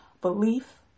Belief